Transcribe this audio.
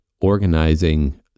organizing